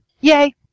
Yay